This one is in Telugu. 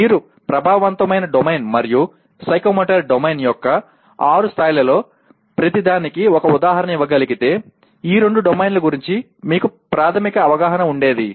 మీరు ప్రభావవంతమైన డొమైన్ మరియు సైకోమోటర్ డొమైన్ యొక్క ఆరు స్థాయిలలో ప్రతిదానికి ఒక ఉదాహరణ ఇవ్వగలిగితే ఈ రెండు డొమైన్ల గురించి మీకు ప్రాథమిక అవగాహన ఉండేది